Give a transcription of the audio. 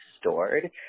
stored